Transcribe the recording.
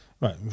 right